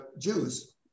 Jews